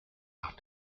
nach